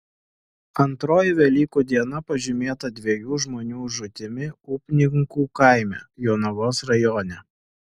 antroji velykų diena pažymėta dviejų žmonių žūtimi upninkų kaime jonavos rajone